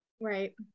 Right